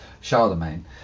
charlemagne